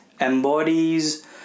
embodies